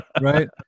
Right